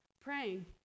praying